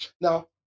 Now